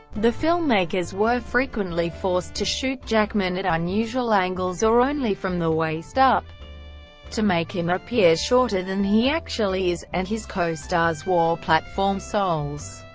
the filmmakers were frequently forced to shoot jackman at unusual angles or only from the waist up to make him appear shorter than he actually is, and his co-stars wore platform soles.